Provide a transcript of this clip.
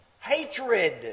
hatred